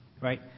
right